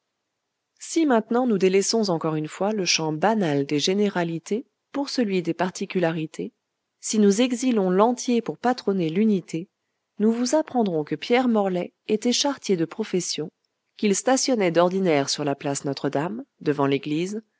si maintenant nous délaissons encore une fois le champ banal des généralités pour celui des particularités si nous exilons l'entier pour patronner l'unité nous vous apprendrons que pierre morlaix était charretier de profession qu'il stationnait d'ordinaire sur la place notre-dame devant l'église